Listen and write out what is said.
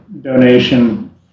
donation